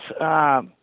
yes